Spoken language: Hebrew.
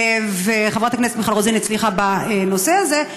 וחברת הכנסת מיכל רוזין הצליחה בנושא הזה,